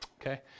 Okay